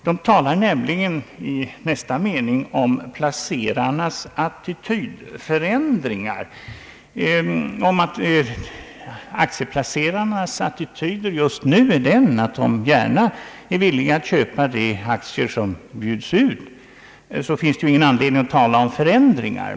Det talar nämligen i nästa mening om aktieplaceringarnas attitydförändringar. Om aktieplacerarnas attityd just nu är den att de gärna vill köpa de aktier som bjuds ut, så finns det ingen anledning att tala om förändringar.